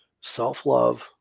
self-love